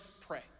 pray